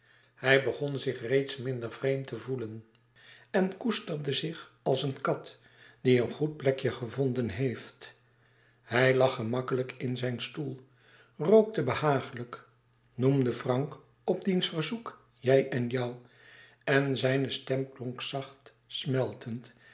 hij begon zich reeds minder vreemd te voelen en koesterde zich als eene kat die een goed plekje gevonden heeft hij lag gemakkelijk in zijn stoel rookte behagelijk noemde frank op diens verzoek jij en jou en zijne stem klonk zacht smeltend